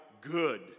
good